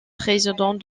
président